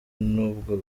n’ubwo